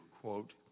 Quote